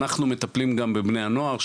אנחנו מטפלים גם בבני הנוער,